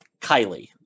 Kylie